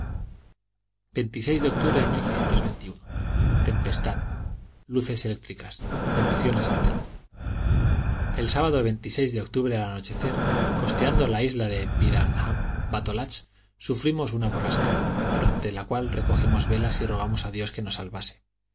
dec tempestad luces eléctricas devoción a san telmo el sábado de octubre al anochecer costeando la isla de birahambatolach sufrimos una borrasca durante la cual recogimos velas y rogamos a dios que nos salvase